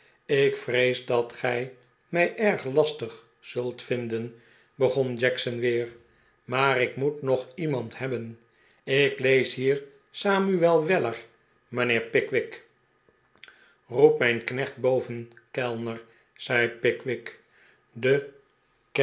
ik vrees dat gij mij erg lastig zult vinden begon jackson weer maar ik moet nog iemand hebben ik lees hier samuel weller mijnheer pickwick roep mijn knecht boven kellner zei pickwick de